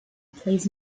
plays